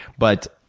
but,